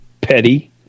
petty